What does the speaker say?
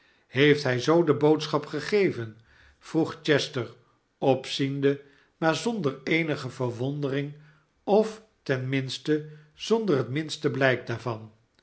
heeft hij zoo de boodschap gegeven vroeg chester opziende maar zonder eenige verwondering of ten minste zonder het mmste blijk daarvan